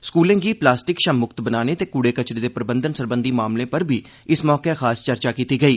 स्कूलें गी प्लास्टिक थमां मुक्त बनाने ते कूड़े कचरे दे प्रबंधन सरबंधी मामलें पर बी इस मौके खास चर्चा कीती गेई